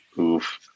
Oof